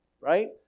right